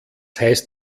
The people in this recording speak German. heißt